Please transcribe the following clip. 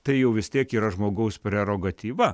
tai jau vis tiek yra žmogaus prerogatyva